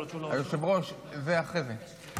היושב-ראש, זה אחרי זה.